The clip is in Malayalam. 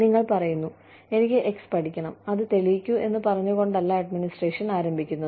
നിങ്ങൾ പറയുന്നു എനിക്ക് X പഠിക്കണം അത് തെളിയിക്കൂ എന്ന് പറഞ്ഞുകൊണ്ടല്ല അഡ്മിനിസ്ട്രേഷൻ ആരംഭിക്കുന്നത്